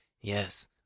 yes